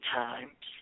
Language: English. times